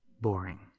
boring